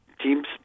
teams